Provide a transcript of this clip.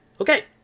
okay